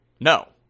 no